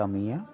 ᱠᱟᱹᱢᱤᱭᱟ